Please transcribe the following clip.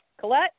colette